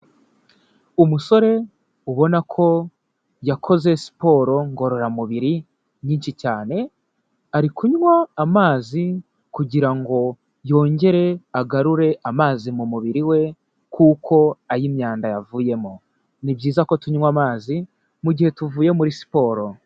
Umusore ubona ko yakoze siporo ngororamubiri nyinshi cyane, ari kunywa amazi kugira ngo yongere agarure amazi mu mubiri we kuko ay'imyanda yavuyemo, ni byiza ko tunywa amazi mu gihe tuvuye muri siporo.